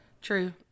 True